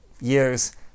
years